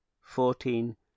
fourteen